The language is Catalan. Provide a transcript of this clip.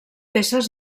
peces